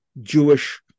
Jewish